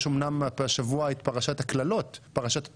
השבוע יש אומנם את פרשת הקללות, פרשת תוכחה,